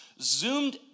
zoomed